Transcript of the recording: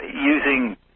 using